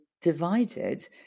divided